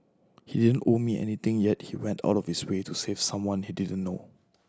he didn't owe me anything yet he went out of his way to save someone he didn't know